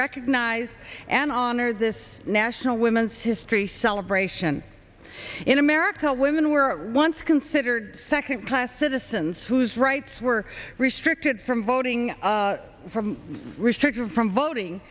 recognize and honor this national women's history celebration in america women were once considered second class citizens whose rights were restricted from voting from restriction from voting